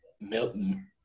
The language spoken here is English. Milton